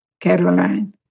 Caroline